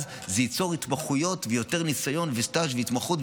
אז זה ייצור התמחויות ויותר ניסיון וסטאז' והתמחות,